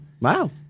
Wow